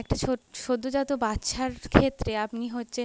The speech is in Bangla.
একটা ছোট সদ্যজাত বাচ্চার ক্ষেত্রে আপনি হচ্ছে